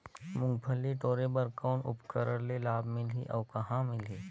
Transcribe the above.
मुंगफली टोरे बर कौन उपकरण ले लाभ मिलही अउ कहाँ मिलही?